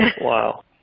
Wow